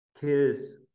kills